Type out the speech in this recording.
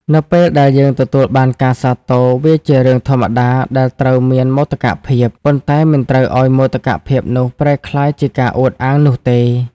នៅពេលដែលយើងទទួលបានការសាទរ វាជារឿងធម្មតាដែលត្រូវមានមោទកភាព ប៉ុន្តែមិនត្រូវឱ្យមោទកភាពនោះប្រែក្លាយជាការអួតអាងនោះទេ។